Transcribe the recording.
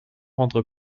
rendre